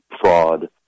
fraud